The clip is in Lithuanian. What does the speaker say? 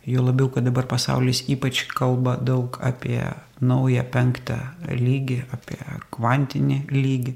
juo labiau kad dabar pasaulis ypač kalba daug apie naują penktą lygį apie kvantinį lygį